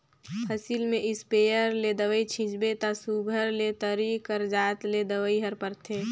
फसिल में इस्पेयर ले दवई छींचबे ता सुग्घर ले तरी कर जात ले दवई हर परथे